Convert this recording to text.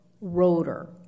rotor